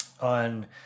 on